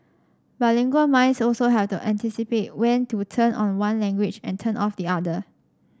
bilingual minds also have to anticipate when to turn on one language and turn off the other